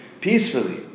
peacefully